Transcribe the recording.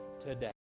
today